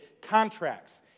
contracts